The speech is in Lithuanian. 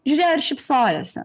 žiūrėjo ir šypsojosi